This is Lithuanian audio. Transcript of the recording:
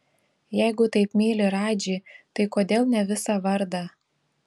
jeigu taip myli radžį tai kodėl ne visą vardą